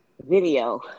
video